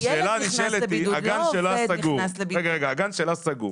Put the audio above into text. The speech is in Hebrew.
--- הילד נכנס לבידוד --- רגע, הגן סגור